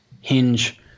hinge